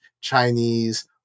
Chinese